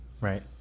Right